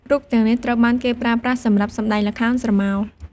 រូបទាំងនេះត្រូវបានគេប្រើប្រាស់សម្រាប់សម្ដែងល្ខោនស្រមោល។